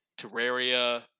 Terraria